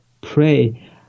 pray